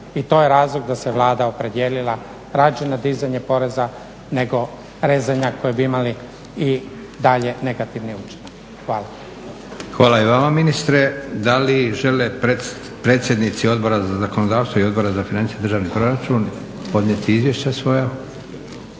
i to je razlog da se Vlada opredijelila rađe na dizanje poreza nego rezanja koje bi imali i dalje negativni učinak. Hvala. **Leko, Josip (SDP)** Hvala i vama ministre. Da li žele predsjednici Odbora za zakonodavstvo i Odbora za financije i državni proračun podnijeti izvješća svoja?